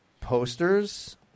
posters